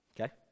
Okay